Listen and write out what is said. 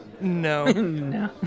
no